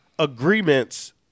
agreements